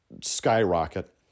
skyrocket